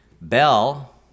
Bell